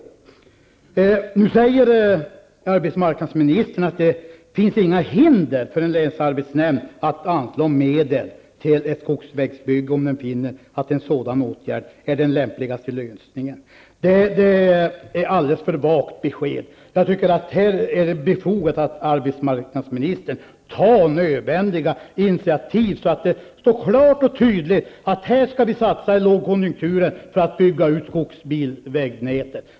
I svaret säger arbetsmarknadsministern att det inte finns några hinder för en länsarbetsnämnd att anslå medel till ett skogsvägsbygge om den finner att en sådan åtgärd är den lämpligaste lösningen. Det är ett alldeles för vagt besked. Jag tycker att det är befogat att arbetsmarknadsministern här tar nödvändiga initiativ, så att det står klart att vi i lågkonjunkturen skall satsa för att bygga ut skogsbilvägsnätet.